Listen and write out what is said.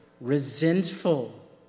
resentful